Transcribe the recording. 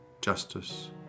justice